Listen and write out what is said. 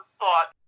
thought